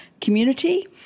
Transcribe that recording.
community